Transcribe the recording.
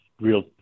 real